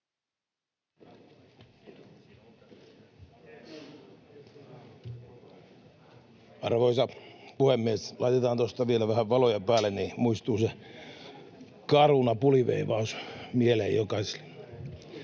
Arvoisa puhemies! Laitetaan tuosta vielä vähän valoja päälle, niin muistuu se Caruna-puliveivaus mieleen jokaiselle.